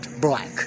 black